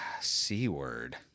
C-word